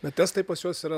bet testai pas juos yra